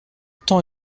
temps